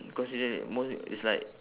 consider it most is like